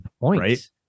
right